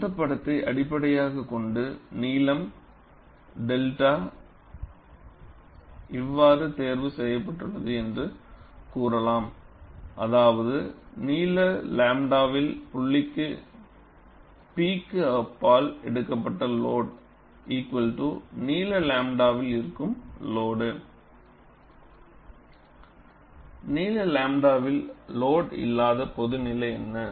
அந்த படத்தை அடிப்படையாகக் கொண்டு நீளம் 𝚫 இவ்வாறு தேர்வு செய்யப் பட்டுள்ளது என்று கூறலாம் அதாவது நீளம் 𝝺வில் புள்ளி P க்கு அப்பால் எடுக்கப்படாத லோடு நீள 𝚫 வில் இருக்கும் லோடு நீள 𝝺வில் லோடு இல்லாத பொதுநிலை என்ன